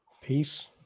Peace